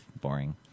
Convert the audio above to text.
boring